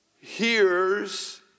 Hears